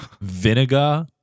vinegar